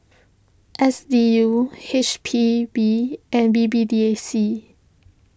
S D U H P B and B B D A C